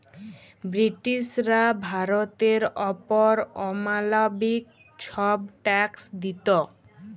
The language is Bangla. ব্রিটিশরা ভারতের অপর অমালবিক ছব ট্যাক্স দিত